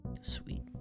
Sweet